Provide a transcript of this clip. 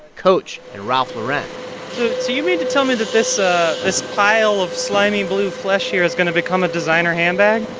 coach and ralph lauren so you mean to tell me that this ah this pile of slimy, blue flesh here is going to become a designer handbag?